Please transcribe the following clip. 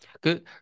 Good